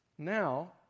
Now